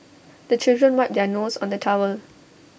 the children wipe their nose on the towel